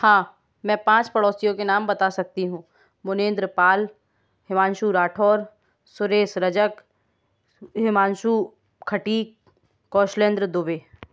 हाँ मैं पाँच पड़ोसियों के नाम बात सकती हूँ मुनेंद्र पाल हिवांशु राठौर सुरेश रजक हिमांशु खटीक कौशलेंद्र दुबे